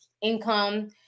income